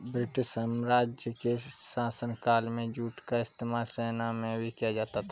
British साम्राज्य के शासनकाल में जूट का इस्तेमाल सेना में भी किया जाता था